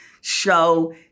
show